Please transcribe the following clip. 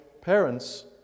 parents